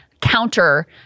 counter